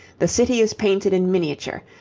the city is painted in miniature,